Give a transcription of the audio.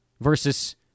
versus